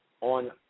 on